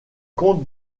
comtes